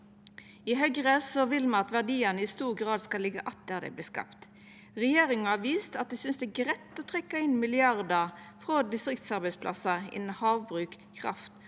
I Høgre vil me at verdiane i stor grad skal liggja att der dei vert skapte. Regjeringa har vist at dei synest det er greitt å trekkja inn milliardar frå distriktsarbeidsplassar innan havbruk og kraft